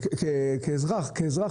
עמירם הציג את עצמו בתור מהנדס,